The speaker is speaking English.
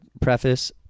preface